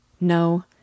No